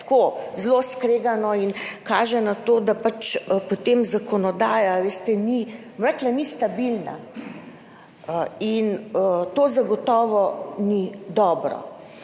zelo skregano in kaže na to, da pač potem zakonodaja ni stabilna, kar zagotovo ni dobro.